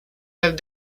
have